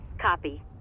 Copy